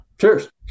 Cheers